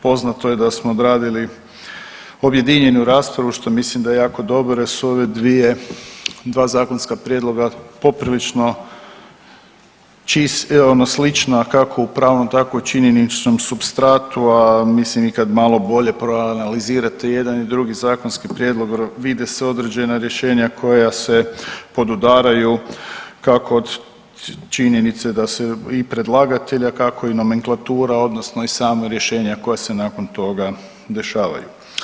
Poznato je da smo odradili objedinjenu raspravu što mislim da je jako dobro i da su ove dvije, dva zakonska prijedloga poprilično slična kako u pravnom tako i u činjeničnom supstratu, a mislim i kad malo bolje proanalizirate i jedan i drugi zakonski prijedlog vide se određena rješenja koja se podudaraju kako od činjenice da se i predlagatelj, a kako i nomenklatura odnosno i sama rješenja koja se nakon toga dešavaju.